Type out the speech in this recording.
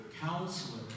Counselor